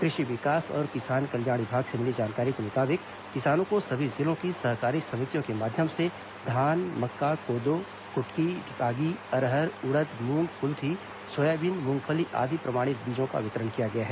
कृषि विकास और किसान कल्याण विभाग से मिली जानकारी के मुताबिक किसानों को सभी जिलों की सहकारी समितियों के माध्यम से धान मक्का कोदो कुटकी रागी अरहर उड़द मूंग कुल्थी सोयाबीन मूंगफली आदि प्रमाणित बीज का वितरण किया गया है